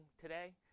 today